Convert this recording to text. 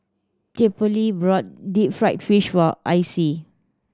Theophile brought deep fried fish for Icie